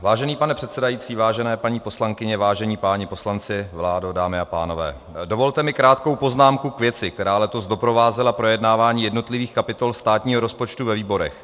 Vážený pane předsedající, vážené paní poslankyně, vážení páni poslanci, vládo, dámy a pánové, dovolte mi krátkou poznámku k věci, která letos doprovázela projednávání jednotlivých kapitol státního rozpočtu ve výborech.